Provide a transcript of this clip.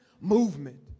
movement